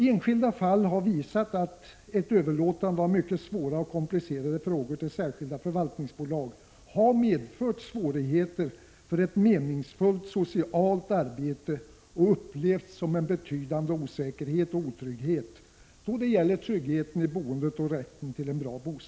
Enskilda fall har visat att ett överlåtande av mycket besvärliga och komplicerade frågor till särskilda förvaltningsbolag har medfört svårigheter för ett meningsfullt socialt arbete och upplevts som en betydande osäkerhet = Prot. 1985/86:129 då det gäller trygghet i boendet och rätten till en bra bostad.